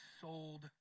sold